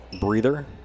breather